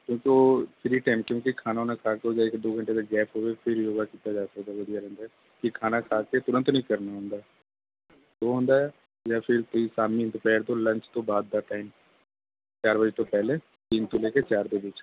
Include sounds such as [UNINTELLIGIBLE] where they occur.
ਕਿਉਂਕਿ ਉਹ free time ਕਿਉਂਕਿ ਖਾਣਾ ਬਾਣਾ ਖਾ ਕਰ [UNINTELLIGIBLE] ਦੋ ਘੰਟੇ ਕਾ ਗੈਪ ਹੋਵੇ ਫਿਰ ਯੋਗਾ ਕੀਤਾ ਜਾ ਸਕਦਾ ਵਧੀਆ ਰਹਿੰਦਾ ਅਤੇ ਖਾਨਾ ਖਾ ਕੇ ਤੁਰੰਤ ਨਹੀਂ ਕਰਨਾ ਹੁੰਦਾ ਉਹ ਹੁੰਦਾ ਹੈ ਜਾਂ ਫਿਰ ਤੁਸੀਂ ਸ਼ਾਮੀ ਦੁਪਹਿਰ ਤੋਂ ਲੰਚ ਤੋਂ ਬਾਅਦ ਦਾ ਟਾਈਮ ਚਾਰ ਵਜੇ ਤੋਂ ਪਹਿਲੇ ਤਿੰਨ ਤੋਂ ਲੈ ਕੇ ਚਾਰ ਦੇ ਵਿੱਚ